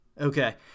okay